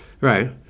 right